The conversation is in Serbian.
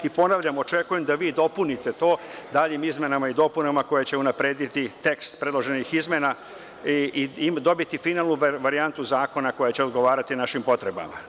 Ponavljam, očekujem da vi dopunite to daljim izmenama i dopunama koje će unaprediti tekst predloženih izmena i dobiti finalnu varijantu zakona koja će odgovarati našim potrebama.